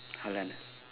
hold on